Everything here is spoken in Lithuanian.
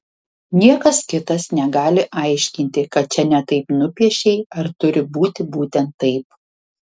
niekas kitas negali aiškinti kad čia ne taip nupiešei ar turi būti būtent taip